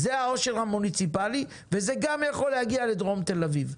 זה העושר המוניציפלי וזה גם יכול להגיע לדרום תל-אביב.